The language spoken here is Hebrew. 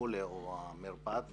מרפאת טרם,